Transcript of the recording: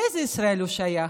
לאיזה ישראל הוא שייך?